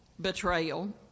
betrayal